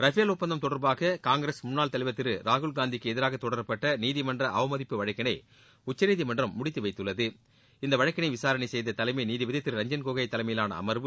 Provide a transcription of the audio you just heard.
Rafale ஒப்பந்தம் தொடர்பாக காங்கிரஸ் முன்னாள் தலைவர் திரு ராகுல்னந்திக்கு எதிராக தொடரப்பட்ட நீதிமன்ற அவமதிப்பு வழக்கினை உச்சநீதிமன்றம் முடித்து வைத்துள்ளது இவ்வழக்கினை விசாரணை செய்த தலைமை நீதிபதி திரு ரஞ்ஜன் கோகோய் தலைமையிலான அம்வு